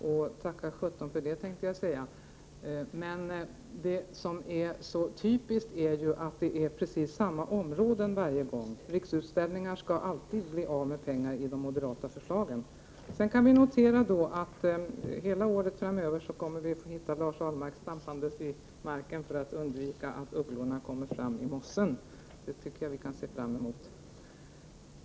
Nej, tacka för det, men det som är så typiskt är att det är samma område varje gång; Riksutställningar blir alltid av med pengar i de moderata förslagen. Jag noterar att vi hela året framöver kommer att hitta Lars Ahlmark stampande i marken för att undvika att ugglorna kommer fram i mossen. Det kan vi se fram emot.